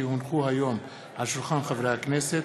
כי הונחו היום על שולחן הכנסת,